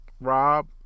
Rob